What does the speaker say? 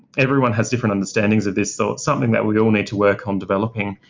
everyone has different understandings of this so it's something that we all need to work on developing,